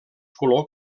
color